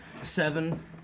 Seven